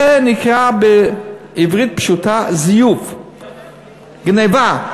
זה נקרא בעברית פשוטה: זיוף, גנבה.